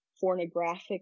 pornographic